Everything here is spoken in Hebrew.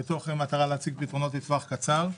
מתוך מטרה להציג פתרונות לטווח קצר.